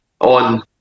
on